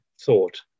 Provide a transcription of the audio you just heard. thought